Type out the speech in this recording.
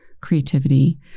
creativity